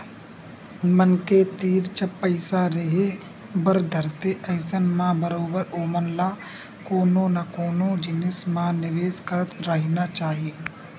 मनखे तीर जब पइसा रेहे बर धरथे अइसन म बरोबर ओमन ल कोनो न कोनो जिनिस म निवेस करत रहिना चाही